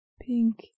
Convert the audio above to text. pink